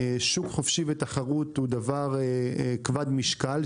שוק חופשי ותחרות הוא דבר כבד משקל,